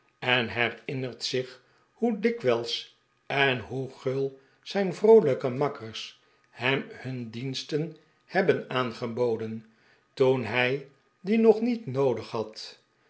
en herinnert zich hoe dikwijls en hoe gul zijn vroolijke makkers hem hun diensten hebben aangeboden toen hij die nog niet noodig had